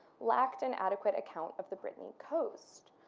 lacked an adequate account of the brittany coast.